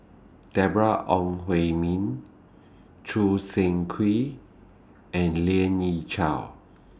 Deborah Ong Hui Min Choo Seng Quee and Lien Ying Chow